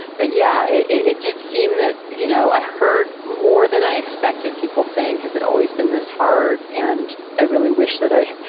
but yeah, it it did seem that, you know, i heard more than i expected people saying has it always been this hard and i really wish that i,